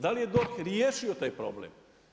Da li je DORH riješio taj problem.